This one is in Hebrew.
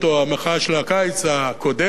המחאה של הקיץ הקודם,